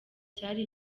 cyari